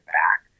back